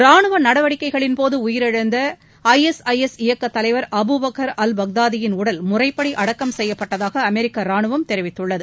ரானுவ நடவடிக்கைளின்போது உயிரிழந்த ஐஎஸ்ஐஎஸ் இயக்கத் தலைவர் அபு பகர் அல் பாக்தாதியின் உடல் முறைப்படி அடக்கம் செய்யப்பட்டதாக அமெரிக்க ராணுவம் தெரிவித்துள்ளது